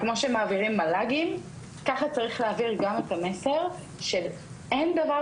וכמו שמעבירים מל"גים ככה צריך להעביר גם את המסר שאין דבר